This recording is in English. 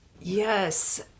Yes